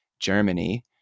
Germany